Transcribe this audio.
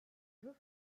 jeux